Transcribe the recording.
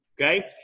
Okay